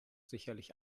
sicherlich